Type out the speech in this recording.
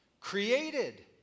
created